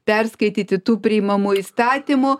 perskaityti tų priimamų įstatymų